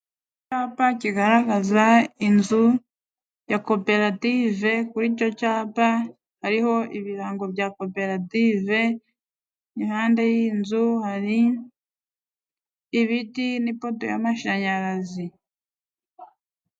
Icyapa kigaragaza inzu ya koperative, kuri icyo cyapa hariho ibirango bya koperative, impande y'inzu hari ibiti n'ipoto y'amashanyarazi.